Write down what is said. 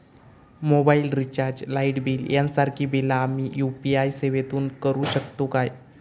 Mobile recharge, light bill यांसारखी बिला आम्ही यू.पी.आय सेवेतून करू शकतू काय?